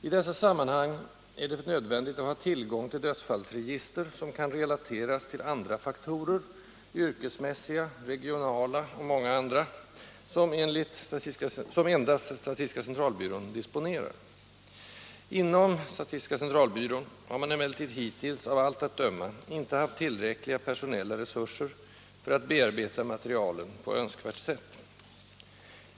I dessa sammanhang är det nödvändigt att ha tillgång till dödsfallsregister, som kan relateras till andra faktorer — yrkesmässiga, regionala och många andra — som endast statistiska centralbyrån disponerar. Inom statistiska centralbyrån har man emellertid hittills, av allt att döma, inte haft tillräckliga personella resurser för att bearbeta materialet på önskvärt sätt.